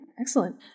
excellent